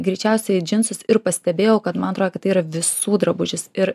greičiausiai džinsus ir pastebėjau kad man atrodo kad tai yra visų drabužis ir